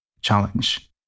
challenge